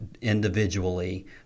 individually